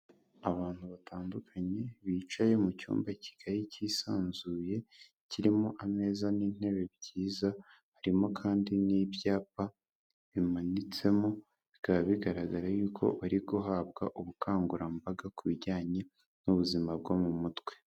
Abantu batandukanye bicaye mu cyumba kigari kisanzuye kirimo ameza n'intebe byiza, harimo kandi n'ibyapa bimanitsemo bikaba bigaragara y'uko bari guhabwa ubukangurambaga ku bijyanye n'ubuzima bwo mu mutwe.